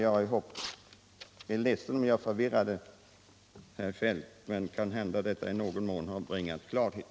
Jag är ledsen om jag förvirrade herr Feldt. Kanhända denna replik i någon mån har bringat klarhet.